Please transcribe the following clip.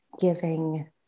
giving